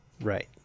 Right